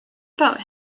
about